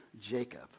Jacob